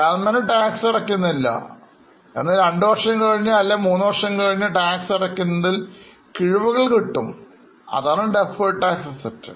ഗവൺമെൻറും ടാക്സ്അടക്കുന്നില്ല എന്നാൽ രണ്ടുവർഷം കഴിഞ്ഞ് അല്ലെങ്കിൽ മൂന്നുവർഷം കഴിഞ്ഞ് ടാക്സ് അടയ്ക്കുന്നതിൽ കിഴിവുകൾ കിട്ടും അതാണ് deferred tax asset